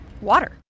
water